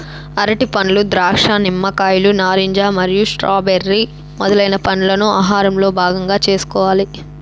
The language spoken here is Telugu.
అరటిపండ్లు, ద్రాక్ష, నిమ్మకాయలు, నారింజ మరియు స్ట్రాబెర్రీ మొదలైన పండ్లను ఆహారంలో భాగం చేసుకోవాలి